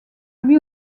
lui